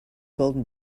golden